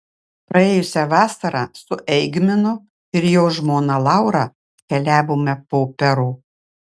praėjusią vasarą su eigminu ir jo žmona laura keliavome po peru